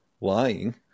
lying